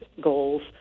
goals